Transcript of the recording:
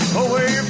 away